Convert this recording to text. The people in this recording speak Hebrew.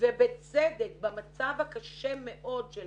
ובצדק במצב הקשה מאוד של